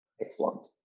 Excellent